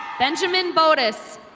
benjamin borres.